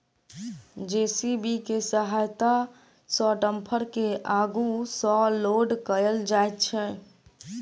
JCB के सहायता सॅ डम्फर के आगू सॅ लोड कयल जाइत छै